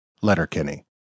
Letterkenny